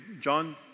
John